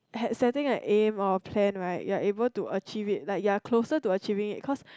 had setting a aim or plan right you're able to achieve it like your closer to achieving it cause